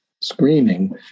screening